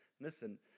Listen